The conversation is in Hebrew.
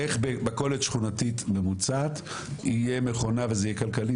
איך במכולת שכונתית ממוצעת יהיה מכונה וזה יהיה כלכלי,